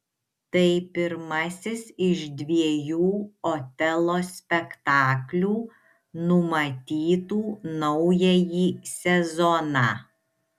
tai pirmasis iš dviejų otelo spektaklių numatytų naująjį sezoną